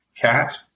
cat